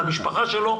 למשפחה שלו,